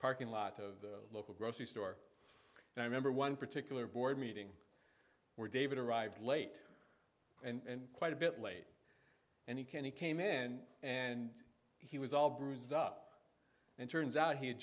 parking lot of the local grocery store and i remember one particular board meeting where david arrived late and quite a bit late and he can he came in and he was all bruised up and turns out he had